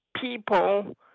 people